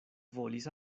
volis